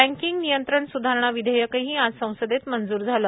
banking नियंत्रण सुधारणा विधेयकही आज संसदेत मंजूर झालं